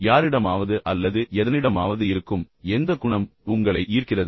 யாரிடமாவது அல்லது எதனிடமாவது இருக்கும் எந்த குணம் உங்களை ஈர்க்கிறது